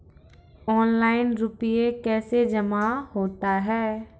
Online रुपये कैसे जमा होता हैं?